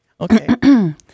Okay